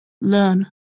learn